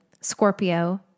Scorpio